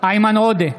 איימן עודה,